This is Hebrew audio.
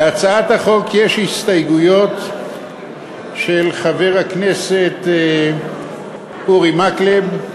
להצעת החוק יש הסתייגויות של חברי הכנסת אורי מקלב,